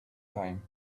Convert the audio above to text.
time